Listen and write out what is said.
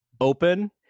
open